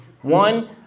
One